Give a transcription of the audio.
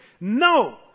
no